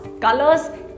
colors